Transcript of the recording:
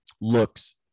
looks